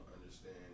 understand